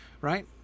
right